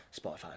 spotify